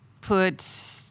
put